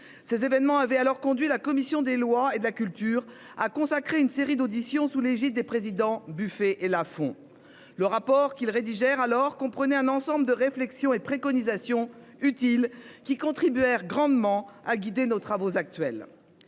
Ces événements avaient alors conduit la commission des lois et de la culture a consacré une série d'auditions sous l'égide des présidents buffet et la font. Le rapport qu'il rédigeait alors prenait un ensemble de réflexions et préconisations utiles qui contribuèrent grandement à guider nos travaux actuels.